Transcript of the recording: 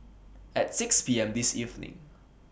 At six P M This evening